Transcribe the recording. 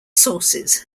sources